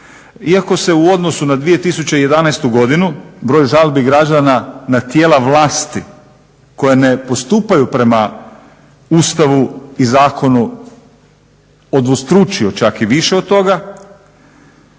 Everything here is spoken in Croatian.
Iako se u odnosu na 2011.godinu broj žalbi građana na tijela vlasti koje ne postupaju prema Ustavu i zakonu udvostručio čak i više od toga,